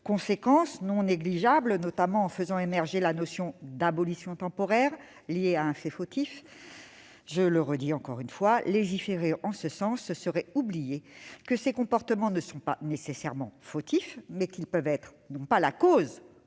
conséquences non négligeables et fait notamment émerger la notion d'« abolition temporaire liée à un fait fautif ». Je vous le redis, légiférer en ce sens, ce serait oublier que ces comportements ne sont pas nécessairement fautifs et qu'ils peuvent être, non pas la cause